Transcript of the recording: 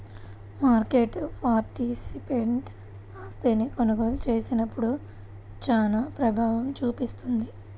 market participant ఆస్తిని కొనుగోలు చేసినప్పుడు చానా ప్రభావం చూపిస్తుంది